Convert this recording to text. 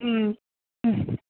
ਹਮ ਹਮ